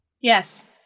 Yes